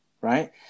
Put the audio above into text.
Right